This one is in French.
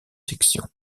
sections